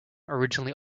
originally